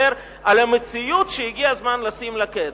על המציאות שהגיע הזמן לשים לה קץ.